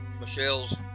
Michelle's